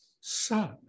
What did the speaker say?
son